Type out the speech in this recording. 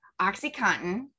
OxyContin